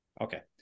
okay